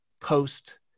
post